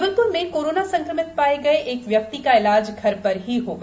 जबलप्र में कोरोना संक्रमित पाए गए एक व्यक्ति का इलाज घर पर ही होगा